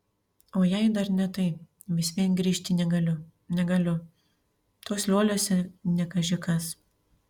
o jei dar ne tai vis vien grįžti negaliu negaliu tuos lioliuose ne kaži kas